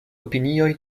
opinioj